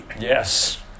Yes